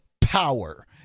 power